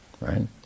Right